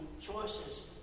choices